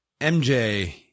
MJ